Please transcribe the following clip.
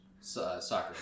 Soccer